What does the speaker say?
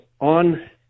on